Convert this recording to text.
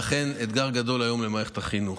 אכן, זה אתגר גדול היום למערכת החינוך.